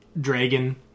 Dragon